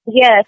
Yes